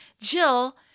Jill